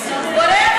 השר בורח